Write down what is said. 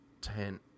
ten